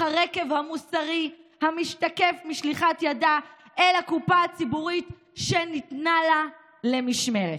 הרקב המוסרי המשתקף משליחת ידה אל הקופה הציבורית שניתנה לה למשמרת.